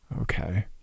Okay